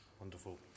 wonderful